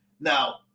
now